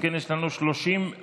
אם כן, יש לנו 30 בעד,